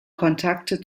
kontakte